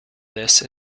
this